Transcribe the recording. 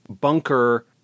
bunker